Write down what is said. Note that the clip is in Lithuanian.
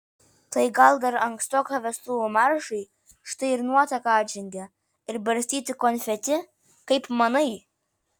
tai gal dar ankstoka vestuvių maršui štai ir nuotaka atžengia ir barstyti konfeti kaip manai